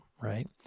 right